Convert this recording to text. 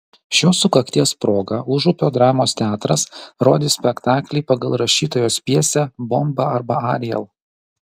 šios sukakties proga užupio dramos teatras rodys spektaklį pagal rašytojos pjesę bomba arba ariel